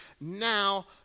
now